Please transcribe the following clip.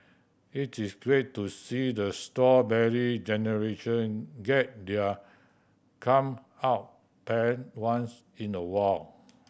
it is great to see the Strawberry Generation get their comeuppance once in a while